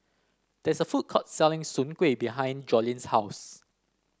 there is a food court selling Soon Kway behind Joleen's house